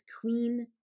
Queen